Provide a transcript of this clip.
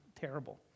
terrible